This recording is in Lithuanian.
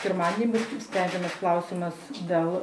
pirmadienį sprendžiamas klausimas dėl